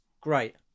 great